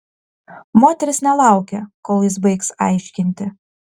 moteris nelaukė kol jis baigs aiškinti